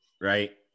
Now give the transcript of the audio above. Right